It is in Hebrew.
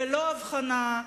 ללא הבחנה,